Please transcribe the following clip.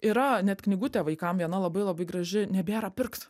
yra net knygutė vaikam viena labai labai graži nebėra pirkt